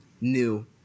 new